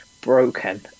broken